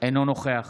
אינו נוכח